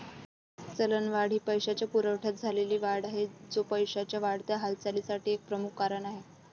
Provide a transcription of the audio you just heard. चलनवाढ ही पैशाच्या पुरवठ्यात झालेली वाढ आहे, जो पैशाच्या वाढत्या हालचालीसाठी एक प्रमुख कारण आहे